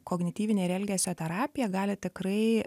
kognityvinė ir elgesio terapija gali tikrai